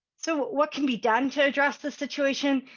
so what can be done to address this situation?